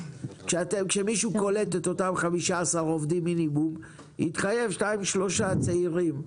ושמי שקולט את אותם 15 עובדים מינימום יתחייב לקלוט שניים-שלושה צעירים.